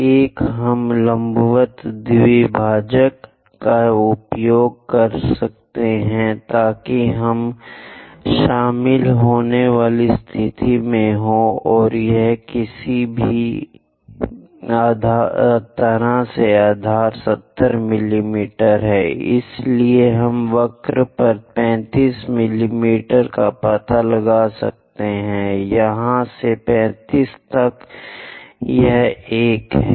एक हम लंबवत द्विभाजक का उपयोग कर सकते हैं ताकि हम शामिल होने की स्थिति में हों या किसी भी तरह से आधार 70 मिमी है इसलिए हम वक्र पर 35 मिमी का पता लगा सकते हैं यहां से 35 तक यह एक है